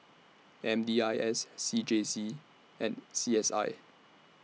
M D I S C J C and C S I